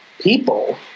people